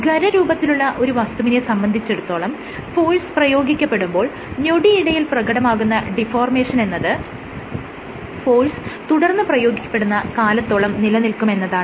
ഖരരൂപത്തിലുള്ള ഒരു വസ്തുവിനെ സംബന്ധിച്ചിടത്തോളം ഫോഴ്സ് പ്രയോഗിക്കപ്പെടുമ്പോൾ ഞൊടിയിടയിൽ പ്രകടമാകുന്ന ഡിഫോർമേഷനെന്നത് ഫോഴ്സ് തുടർന്ന് പ്രയോഗിക്കപ്പെടുന്ന കാലത്തോളം നിലനിൽക്കുമെന്നതാണ്